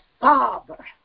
Father